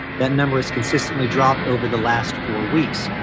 that number is consistently dropped over the last four weeks.